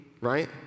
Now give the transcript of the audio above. right